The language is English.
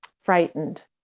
frightened